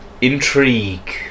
intrigue